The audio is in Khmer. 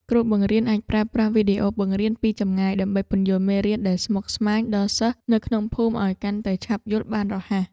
គ្រូបង្រៀនអាចប្រើប្រាស់វីដេអូបង្រៀនពីចម្ងាយដើម្បីពន្យល់មេរៀនដែលស្មុគស្មាញដល់សិស្សនៅក្នុងភូមិឱ្យកាន់តែឆាប់យល់បានរហ័ស។